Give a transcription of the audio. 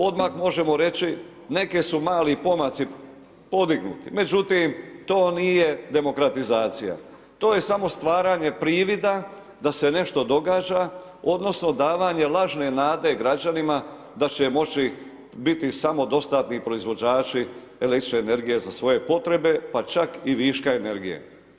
Odmah možemo reći neki su mali pomaci podignuti, međutim to nije demokratizacija, to je samo stvaranje privida da se nešto događa odnosno davanje lažne nade građanima da će moći biti samodostatni proizvođači električne energije za svoje potrebe pa čak i viška energije.